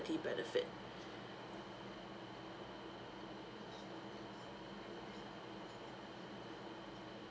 benefit